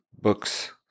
books